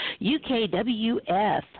UKWF